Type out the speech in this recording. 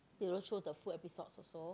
they don't show the full episodes also